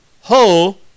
Ho